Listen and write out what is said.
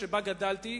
שבה גדלתי,